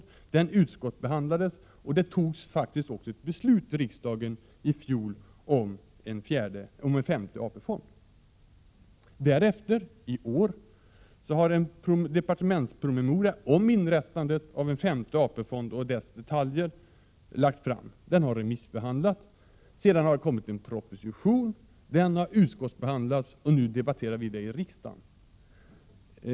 Propositionen utskottsbehandlades, och det fattades faktiskt ett 79 beslut i riksdagen i fjol om en femte AP-fond. Därefter har, i år, en departementspromemoria om inrättandet av en femte AP-fond med dess detaljer lagts fram. Den har remissbehandlats. Sedan har en proposition lagts fram som har utskottsbehandlats och nu debatterar vi den i kammaren.